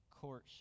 courtship